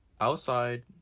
outside